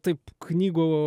taip knygų